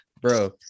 bro